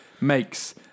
makes